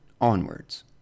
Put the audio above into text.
onwards